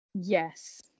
yes